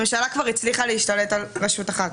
הממשלה כבר הצליחה להשתלט על רשות אחת